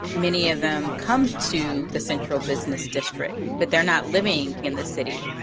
many of them come to the central business district, but they're not living in the city.